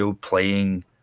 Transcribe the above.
playing